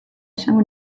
esango